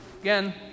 Again